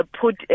put